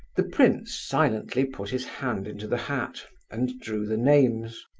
the prince silently put his hand into the hat, and drew the names.